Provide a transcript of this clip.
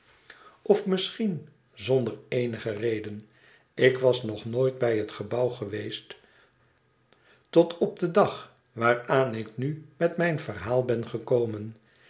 of misschien zonder eenige reden ik was nog nooit dicht bij het gebouw geweest tot op den dag waaraan ik nu met mijn verhaal ben gekomen